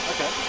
Okay